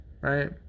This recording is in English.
Right